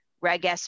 Reg